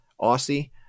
Aussie